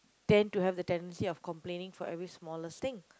tend to have the tendency of complaining for every smallest thing